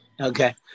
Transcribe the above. Okay